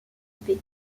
paix